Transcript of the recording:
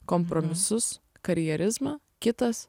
kompromisus karjerizmą kitas